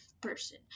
person